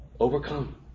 Overcome